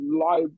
live